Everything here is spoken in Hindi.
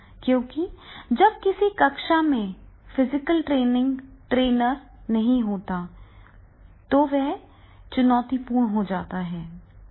क्योंकि जब किसी कक्षा में फिजिकल ट्रेनर नहीं होता है तो वह चुनौतीपूर्ण हो जाता है